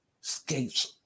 skates